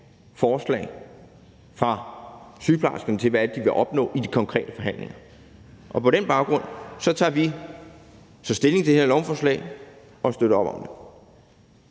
forslag fra sygeplejerskernes side til, hvad det er, de vil opnå i de konkrete forhandlinger, og på den baggrund tager vi så stilling til det her lovforslag og støtter op om det.